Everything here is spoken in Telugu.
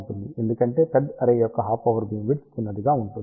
ఎందుకంటే పెద్ద అర్రే యొక్క హాఫ్ పవర్ బీమ్ విడ్త్ చిన్నదిగా ఉంటుంది